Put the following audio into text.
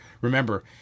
Remember